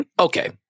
Okay